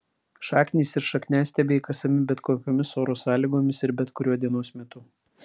šaknys ir šakniastiebiai kasami bet kokiomis oro sąlygomis ir bet kuriuo dienos metu